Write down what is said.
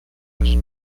west